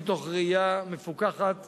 מתוך ראייה מפוקחת